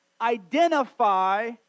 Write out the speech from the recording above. identify